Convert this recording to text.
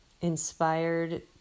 inspired